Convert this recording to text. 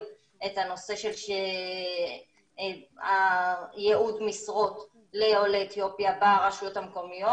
את הנושא של ייעוד משרות לעולי אתיופיה ברשויות המקומיות.